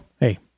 hey